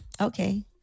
Okay